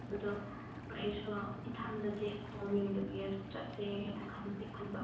ꯑꯗꯣ ꯑꯩꯁꯨ ꯏꯊꯟꯗꯗꯤ ꯇꯣꯛꯅꯤꯡꯗꯕꯒꯤ ꯑꯗꯨꯝ ꯆꯠꯁꯦ ꯍꯥꯏꯅ ꯈꯟꯗꯤ ꯈꯟꯕ